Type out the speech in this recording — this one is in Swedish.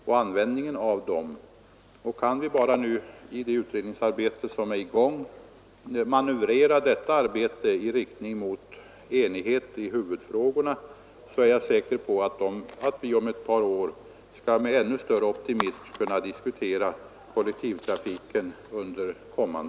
Kan vi bara manövrera det utredningsarbete som är i gång i riktning mot enighet i huvudfrågorna, är jag övertygad om att vi om ett par år med ännu större optimism skall kunna diskutera kollektivtrafikens framtid.